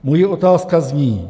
Moje otázka zní: